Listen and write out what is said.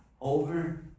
over